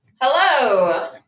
Hello